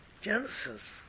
Genesis